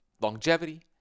longevity